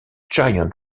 giant